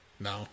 No